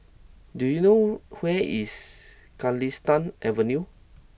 do you know where is Galistan Avenue